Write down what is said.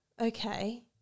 okay